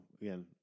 again